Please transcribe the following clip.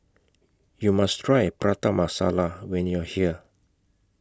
YOU must Try Prata Masala when YOU Are here